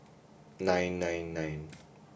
nine nine nine